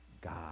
God